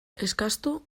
eskastu